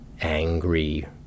angry